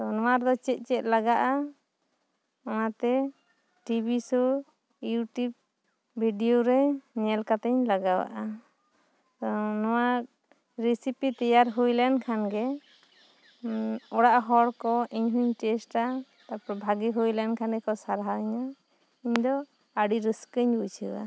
ᱛᱚ ᱱᱚᱣᱟ ᱨᱮᱫᱚ ᱪᱮᱫ ᱪᱮᱫ ᱞᱟᱜᱟᱜ ᱟ ᱚᱱᱟᱛᱮ ᱴᱤᱵᱤ ᱥᱳ ᱤᱭᱩᱴᱤᱭᱩᱵᱽ ᱵᱷᱤᱰᱤᱭᱳ ᱨᱮ ᱧᱮᱞ ᱠᱟᱛᱮᱧ ᱞᱟᱜᱟᱣᱟᱜ ᱟ ᱱᱚᱣᱟ ᱨᱤᱥᱤᱯᱤ ᱛᱮᱭᱟᱨ ᱦᱩᱭ ᱞᱮᱱᱠᱷᱟᱱ ᱜᱮ ᱚᱲᱟᱜ ᱦᱚᱲᱠᱚ ᱤᱧ ᱦᱩᱧ ᱴᱮᱹᱥᱴᱟ ᱛᱟᱨᱯᱚᱨ ᱵᱷᱟᱜᱮ ᱦᱩᱭ ᱞᱮᱱᱠᱷᱟᱱ ᱜᱮᱠᱚ ᱥᱟᱨᱦᱟᱣ ᱤᱧᱟ ᱤᱧ ᱫᱚ ᱟᱹᱰᱤ ᱨᱟᱹᱥᱠᱟᱹᱧ ᱵᱩᱡᱷᱟᱹᱣᱟ